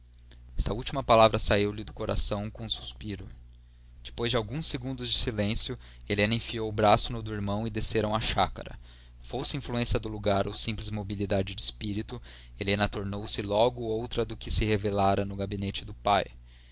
esta última palavra saiu-lhe do coração como um suspiro depois de alguns segundos de silêncio helena enfiou o braço no do irmão e desceram à chácara fosse influência do lugar ou simples mobilidade de espírito helena tornou-se logo outra do que se revelara no gabinete do pai